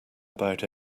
about